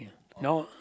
no